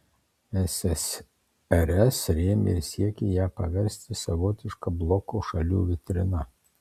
ssrs rėmė ir siekė ją paversti savotiška bloko šalių vitrina